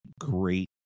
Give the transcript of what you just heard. great